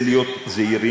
זה להיות זהירים,